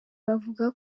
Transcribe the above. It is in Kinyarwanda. bavuga